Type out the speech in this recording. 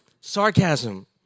Sarcasm